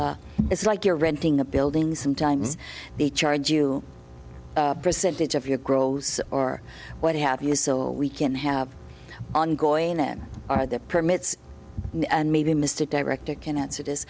perhaps it's like you're renting a building sometimes they charge you percentage of your gross or what have you so we can have ongoing are the permits and maybe mr director can answer this